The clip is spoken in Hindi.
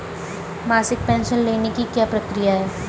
मासिक पेंशन लेने की क्या प्रक्रिया है?